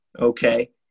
Okay